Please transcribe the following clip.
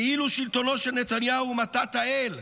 כאילו שלטונו של נתניהו הוא מתת האל.